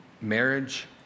marriage